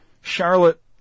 Charlotte